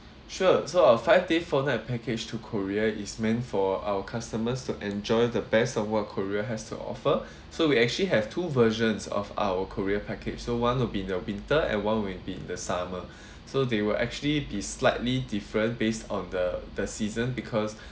sure so our five day four night package to korea is meant for our customers to enjoy the best of what korea has to offer so we actually have two versions of our korea package so one would be in the winter and one would be in the summer so they will actually be slightly different based on the the season because